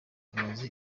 amaze